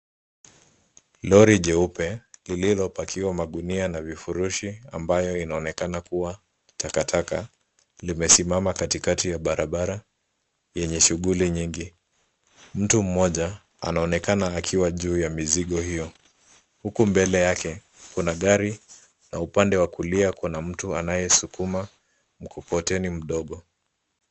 Lori jeupe lililo pakiwa magunia na vifurushi, ambayo inaonekana kuwa takataka, limesimama katikati ya barabara yenye shughuli nyingi. Mtu mmoja anaonekana akiwa juu ya mizigo hiyo, huku mbele yake kuna gari na upande wa kulia kuna mtu anayesukuma mkokoteni mdogo.